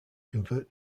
convert